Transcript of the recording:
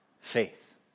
faith